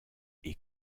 est